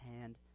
hand